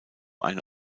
eine